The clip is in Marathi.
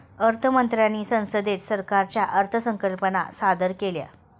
अर्थ मंत्र्यांनी संसदेत सरकारचा अर्थसंकल्प सादर केला